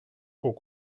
haut